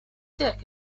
dick